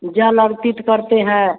जल अर्पित करते हैं